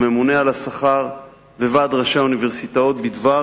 הממונה על השכר וועד ראשי האוניברסיטאות בדבר